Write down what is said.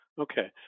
Okay